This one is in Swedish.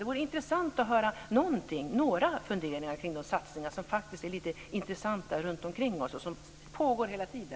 Det vore intressant att höra några funderingar kring de satsningar som faktiskt är lite intressanta och som pågår hela tiden.